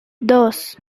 dos